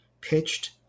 pitched